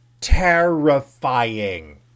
terrifying